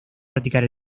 practicar